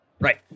Right